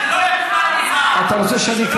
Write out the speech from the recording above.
אתה יושב פה בטעות.